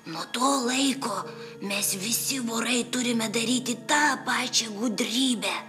nuo to laiko mes visi vorai turime daryti tą pačią gudrybę